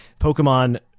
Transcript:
pokemon